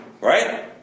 right